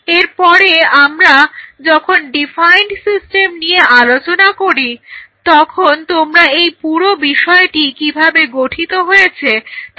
এরপরে আমরা যখন ডিফাইন্ড সিস্টেম নিয়ে আলোচনা করি তখন তোমরা এই পুরো বিষয়টি কিভাবে গঠিত হয়েছে তা বুঝতে সক্ষম হবে